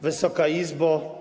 Wysoka Izbo!